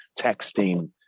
texting